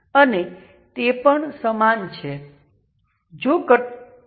તમારી પાસે લિનિયર કોમ્બિનેશનમાં પ્રમાણસરતાની આ સ્થિરતા છે તે પેરામિટર છે